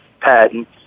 patent